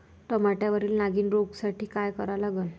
टमाट्यावरील नागीण रोगसाठी काय करा लागन?